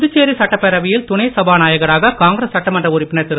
புதுச்சேரி சட்டப்பேரவையில் துணை சபாநாயகராக காங்கிரஸ் சட்டமன்ற உறுப்பினர் திரு